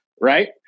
Right